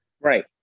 right